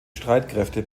streitkräfte